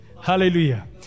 hallelujah